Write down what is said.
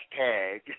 hashtag